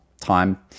time